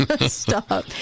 Stop